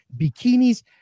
bikinis